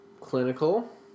clinical